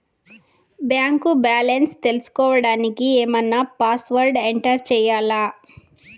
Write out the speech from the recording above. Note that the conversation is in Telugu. బ్యాంకు బ్యాలెన్స్ తెలుసుకోవడానికి ఏమన్నా పాస్వర్డ్ ఎంటర్ చేయాలా?